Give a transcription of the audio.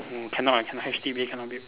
no cannot ah cannot H_D_B cannot build